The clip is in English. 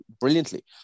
brilliantly